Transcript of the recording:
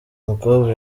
mukobwa